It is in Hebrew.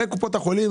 הרי קופות החולים